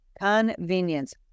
Convenience